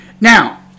Now